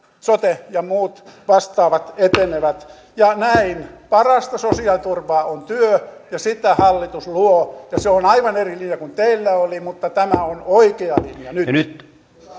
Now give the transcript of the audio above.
sote ja muut vastaavat etenevät ja näin parasta sosiaaliturvaa on työ ja sitä hallitus luo se on aivan eri linja kuin teillä oli mutta tämä on oikea linja nyt